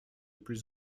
plus